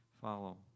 follow